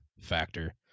factor